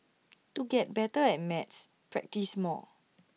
to get better at maths practise more